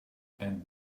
and